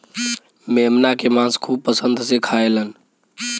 मेमना के मांस खूब पसंद से खाएलन